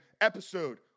episode